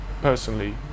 personally